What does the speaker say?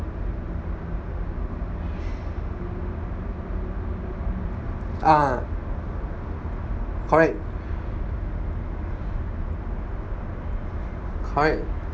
ah correct correct